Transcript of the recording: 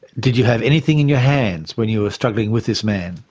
did you have anything in your hands when you were struggling with this man?